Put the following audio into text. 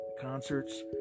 concerts